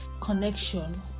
connection